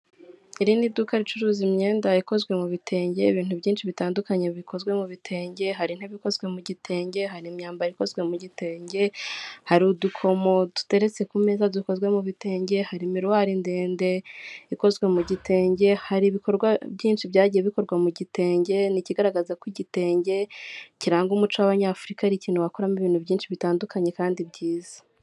Iri ni duka ricuruza imyenda ikozwe mu bitenge, ibintu byinshi bitandukanye bikozwe mu bitenge, hari intebe ikozwe mu gitenge, hari imyambaro ikozwe mu gitenge, hari udukomo duteretse ku meza dukozwe mu bitenge, hari imiruwari ndende ikozwe mu gitenge, hari ibikorwa byinshi byagiye bikorwa mu gitenge, ni ikigaragaza ko igitenge kiranga umuco w'abanyafurika, ari ikintu wakuramo ibintu byinshi bitandukanye, kandi byiza.